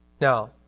Now